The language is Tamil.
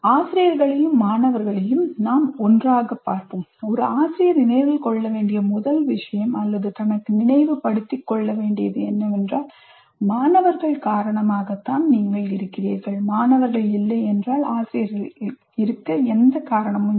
ஆசிரியர்களையும் மாணவர்களையும் நாம் ஒன்றாக பார்ப்போம் ஒரு ஆசிரியர் நினைவில் கொள்ள வேண்டிய முதல் விஷயம் அல்லது தனக்கு நினைவுபடுத்திக் கொள்ள வேண்டியது என்னவென்றால் மாணவர்கள் காரணமாக தான் நீங்கள் இருக்கிறீர்கள் மாணவர்கள் இல்லை என்றால் ஆசிரியர்கள் இருக்க எந்த காரணமும் இல்லை